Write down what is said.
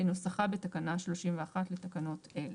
כנוסחה בתקנה 31 לתקנות אלה.